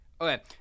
Okay